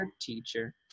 teacher